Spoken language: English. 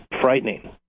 frightening